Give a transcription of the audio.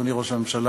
אדוני ראש הממשלה,